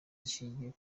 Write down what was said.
zishingiye